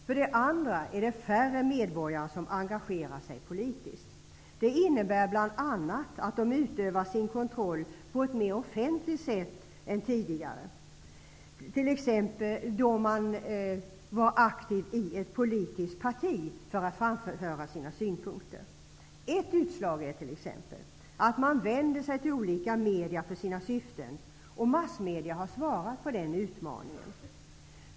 För det andra är det färre medborgare som engagerar sig politiskt. Det innebär bl.a. att de utövar sin kontroll på ett mer offentligt sätt är tidigare, då man t.ex. var aktiv i ett politiskt parti och där framförde sina synpunkter. Ett utslag av detta är t.ex. att man vänder sig till olika medier för att uppnå sina syften. Massmedierna har svarat på den utmaningen.